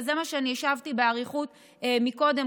וזה מה שהשבתי באריכות קודם,